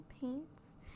paints